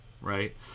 Right